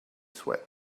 sweat